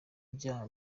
byaha